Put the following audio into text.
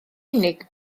unig